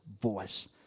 voice